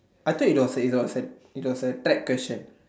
I thought it was a it was a it was a trap question